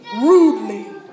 rudely